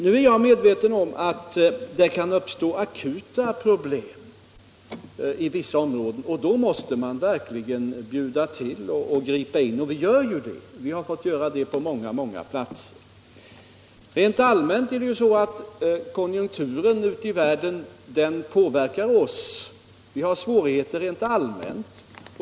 Nu är jag medveten om att det kan uppstå akuta problem inom vissa områden och att man då verkligen måste bjuda till och gripa in med åtgärder, och det gör vi också. Vi har fått göra det på många platser. Vi påverkas rent allmänt av konjunkturen ute i världen. Vi har svårigheter rent allmänt.